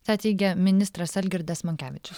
tą teigia ministras algirdas monkevičius